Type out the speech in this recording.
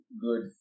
good